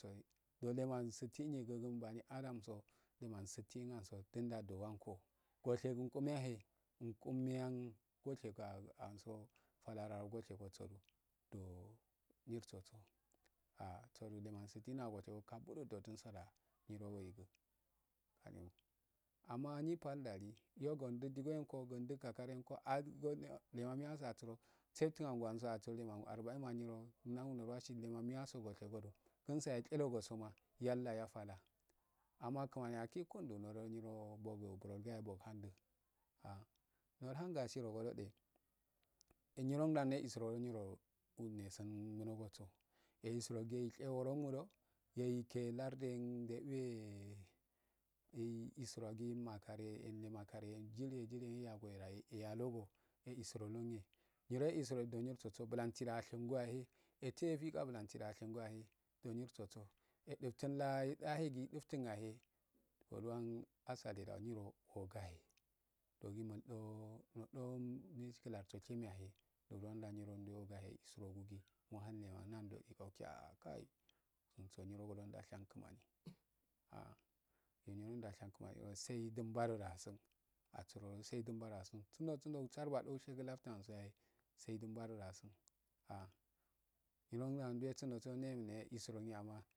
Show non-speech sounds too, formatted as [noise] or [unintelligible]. Nelema sittin yi kan ban adaso lema sittin anso didinda ndewanko washe gu kume ya he ngu meyan oshe kuanso falaro rushe goso du doo nyi rsoso ah surugi unan siftin da wukyeego kabudosa nyirowegu amma nyipal natalli yo gandi dingoyenko undi kakarenko [unintelligible] leman miyoso asuro settun angwajan asuro lenangur arabain go wnyoo naunwasi leman miyaso goshogodu kinsayahe go kyelo osunwo alhah yufalla amma kimanyakigi kundoo uyiro nyiwbo gwal bulguyo bauhando ah no ihangasirogodoe ikye wuromodo ikegu larduer nde uwee yeyistrowague maloariyee eri malcariyen jiliye jiliye yngu wela yalogi jisorogue nyiro lisurogudo nyiro so bulansi da yashingo yahe eteyefiya he bulansi yada ashingoyalu ndu nyirsoso ɛtuftun lai elah eiduftunyale uluwandu asaleh da nyiro ogahe nondo nu uiskila so shimeyahe nodo nurhikilarso slime yale ndodwan da ndaugahe eurogudi muhane nandi aolagii aa kaii dunso nyirado ndashankoyai ha nyiroda shankoyae saidun mbado da asin asuro sai dunbado da asin sundo smdo asirbedo shagu labtuansayahe sai dun mbaddo da asun ah ngiroda ndwe sundoendo isuroguda.